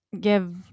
give